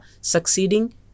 succeeding